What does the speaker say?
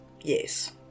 Yes